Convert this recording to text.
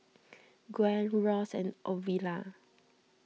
Gwen Ross and Ovila